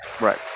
right